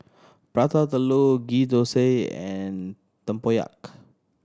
Prata Telur Ghee Thosai and tempoyak